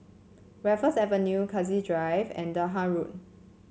Raffles Avenue Cassia Drive and Durham Road